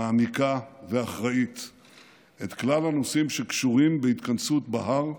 מעמיקה ואחראית את כלל הנושאים שקשורים בהתכנסות בהר,